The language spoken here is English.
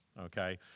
Okay